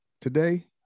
Today